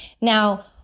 Now